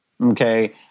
Okay